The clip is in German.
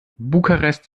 bukarest